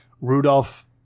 Rudolph